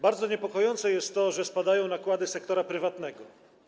Bardzo niepokojące jest to, że spadają nakłady sektora prywatnego.